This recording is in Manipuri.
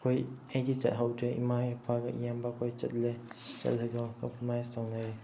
ꯑꯩꯈꯣꯏ ꯑꯩꯗꯤ ꯆꯠꯍꯧꯗ꯭ꯔꯦ ꯏꯃ ꯏꯄꯥꯒ ꯏꯌꯥꯝꯕ ꯈꯣꯏ ꯆꯠꯂꯦ ꯆꯠꯂꯒ ꯀꯝꯄ꯭ꯔꯣꯃꯥꯏꯁ ꯇꯧꯅꯩꯌꯦ